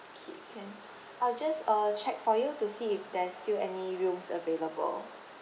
okay can I'll just uh check for you to see if there's still any rooms available